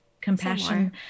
compassion